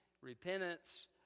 repentance